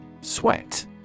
Sweat